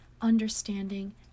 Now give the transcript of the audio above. understanding